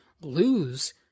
lose